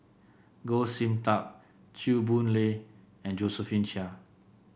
Goh Sin Tub Chew Boon Lay and Josephine Chia